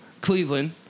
Cleveland